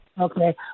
Okay